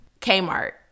Kmart